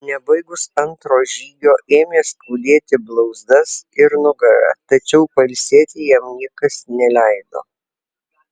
nebaigus antro žygio ėmė skaudėti blauzdas ir nugarą tačiau pailsėti jam niekas neleido